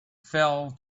fell